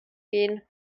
gehen